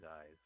eyes